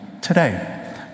today